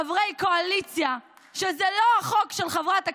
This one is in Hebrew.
(חבר הכנסת חיים ביטון יוצא מאולם המליאה.) בושה לקואליציה שהצביעה נגד